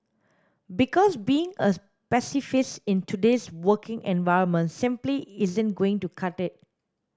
because being a pacifist in today's working environment simply isn't going to cut it